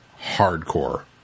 hardcore